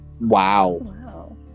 wow